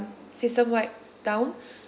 system wide down